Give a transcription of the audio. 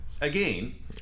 again